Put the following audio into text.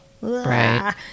Right